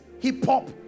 hip-hop